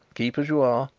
keep as you are.